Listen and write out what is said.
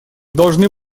должны